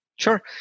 Sure